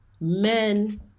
men